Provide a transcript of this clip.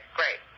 great